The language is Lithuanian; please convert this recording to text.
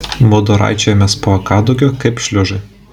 mudu raičiojomės po kadugiu kaip šliužai